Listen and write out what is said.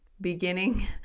Beginning